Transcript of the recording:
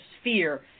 sphere